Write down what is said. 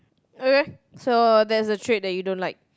eh so that's the trait that you don't like